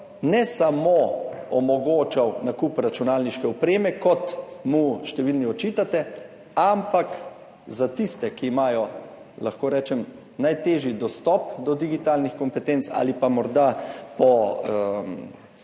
ne samo omogočal nakup računalniške opreme, kot mu številni očitate, ampak za tiste, ki imajo najtežji dostop do digitalnih kompetenc ali pa morda po